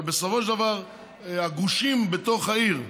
אבל בסופו של דבר הגושים בתוך העיר,